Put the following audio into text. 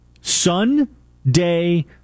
Sunday